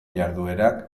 jarduerak